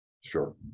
Sure